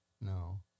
No